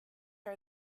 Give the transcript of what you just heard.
are